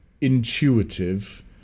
intuitive